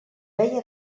veia